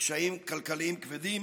ולקשיים כלכליים כבדים?